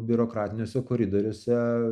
biurokratiniuose koridoriuose